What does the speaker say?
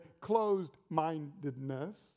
closed-mindedness